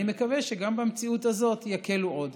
אני מקווה שגם במציאות הזאת יקלו עוד.